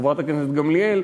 וחברת הכנסת גמליאל,